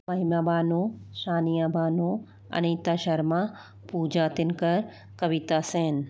Mahima Bano Shaniya Bano Anita Sharma Pooja Tinkar Kavita Sen